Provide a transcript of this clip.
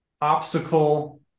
obstacle